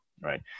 right